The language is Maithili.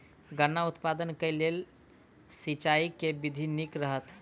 गन्ना उत्पादन केँ लेल सिंचाईक केँ विधि नीक रहत?